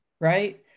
right